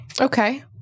Okay